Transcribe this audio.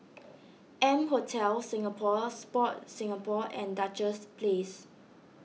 M Hotel Singapore Sport Singapore and Duchess Place